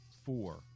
four